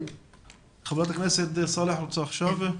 חברת הכנסת סאלח, רוצה לדבר עכשיו.